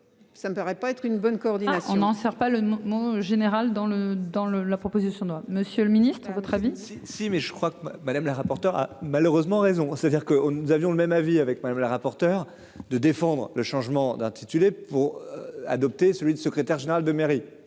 Ça me paraît pas être une bonne coordination. On en sers pas le mouvement général dans le dans le. La proposition de loi, Monsieur le Ministre, votre avis. Si si mais je crois que Madame la rapporteure a malheureusement raison. Ça veut dire que nous avions le même avis avec madame la rapporteure de défendre le changement d'intitulé pour adopter celui de secrétaire général de mairie